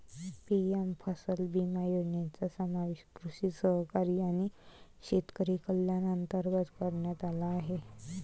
PM फसल विमा योजनेचा समावेश कृषी सहकारी आणि शेतकरी कल्याण अंतर्गत करण्यात आला आहे